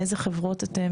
מאיזה חברות?